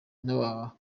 n’abagororwa